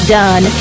done